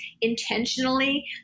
intentionally